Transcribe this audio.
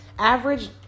Average